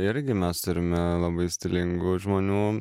irgi mes turime labai stilingų žmonių